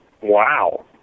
Wow